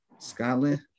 scotland